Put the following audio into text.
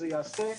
אמרנו שזה יימחק.